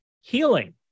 healing